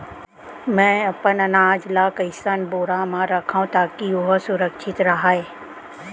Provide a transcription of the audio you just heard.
मैं अपन अनाज ला कइसन बोरा म रखव ताकी ओहा सुरक्षित राहय?